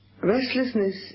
Restlessness